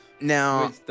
Now